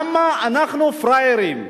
למה אנחנו פראיירים?